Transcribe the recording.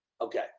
Okay